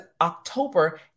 October